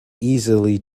easily